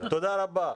תודה רבה.